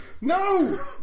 no